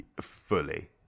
fully